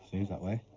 seems that way.